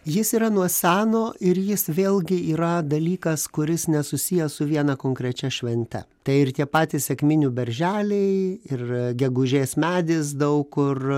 jis yra nuo seno ir jis vėlgi yra dalykas kuris nesusijęs su viena konkrečia švente tai ir tie patys sekminių berželiai ir gegužės medis daug kur